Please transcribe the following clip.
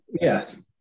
Yes